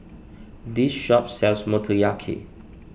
this shop sells Motoyaki